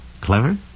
Clever